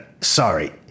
Sorry